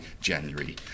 January